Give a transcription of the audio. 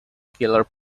keller